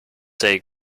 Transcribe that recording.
say